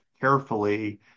carefully